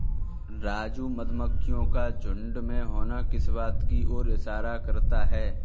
राजू मधुमक्खियों का झुंड में होना किस बात की ओर इशारा करता है?